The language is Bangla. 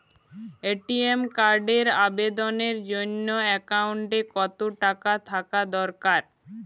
এ.টি.এম কার্ডের আবেদনের জন্য অ্যাকাউন্টে কতো টাকা থাকা দরকার?